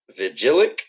Vigilic